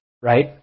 right